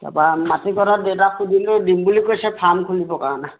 তাপা মাটি কথা দেউতাক সুধিলোঁ দিম বুলি কৈছে ফাৰ্ম খুলিবৰ কাৰণে